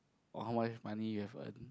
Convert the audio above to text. or how much money you have earned